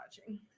watching